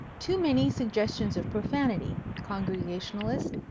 too many suggestions of profanity. congregationalist,